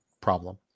problem